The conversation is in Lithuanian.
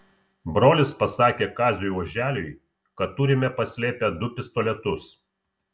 brolis pasakė kaziui oželiui kad turime paslėpę du pistoletus